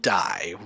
die